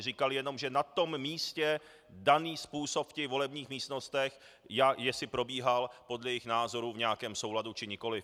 Říkali jenom, že na tom místě daný způsob ve volebních místnostech, jestli probíhal podle jejich názoru v nějakém souladu, či nikoliv.